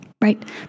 Right